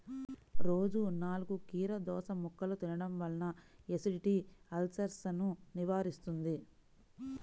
రోజూ నాలుగు కీరదోసముక్కలు తినడం వల్ల ఎసిడిటీ, అల్సర్సను నివారిస్తుంది